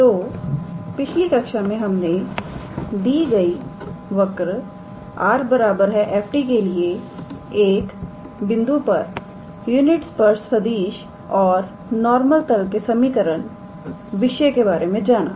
तो पिछली कक्षा में हमने दी गई वक्र 𝑟⃗ 𝑓⃗𝑡 के लिए एक बिंदु P पर यूनिट स्पर्श सदिश और नॉर्मल तल के समीकरण विषय के बारे में जाना